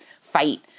fight